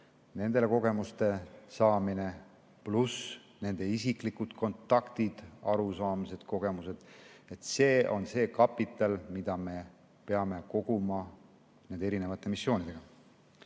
– kogemuste saamine, pluss nende isiklikud kontaktid, arusaamised ja kogemused. See on see kapital, mida me peame koguma nende eri missioonidega. Aga